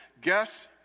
Guess